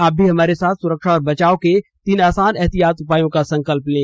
आप भी हमारे साथ सुरक्षा और बचाव के तीन आसान एहतियाती उपायों का संकल्प लें